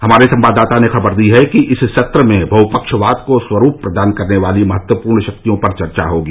हमारे संवाददाता ने खबर दी है कि इस सत्र में बहुफ्कवाद को स्वरूप प्रदान करने वाली महत्वपूर्ण शक्तियों पर चर्चा होगी